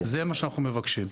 זה מה שאנחנו מבקשים.